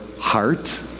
heart